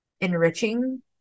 enriching